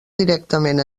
directament